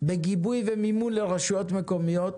בגיבוי ובמימון לרשויות מקומיות,